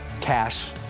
cash